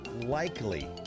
likely